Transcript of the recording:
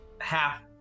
half